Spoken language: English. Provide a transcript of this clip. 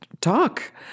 talk